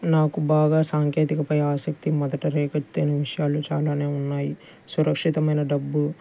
నాకు బాగా సాంకేతికపై ఆసక్తి మొదట రేకెత్తిన విషయాలు చాలానే ఉన్నాయి సురక్షితమైన డబ్బు